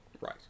Right